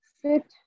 sit